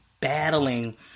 battling